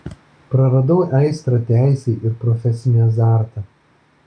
praradau aistrą teisei ir profesinį azartą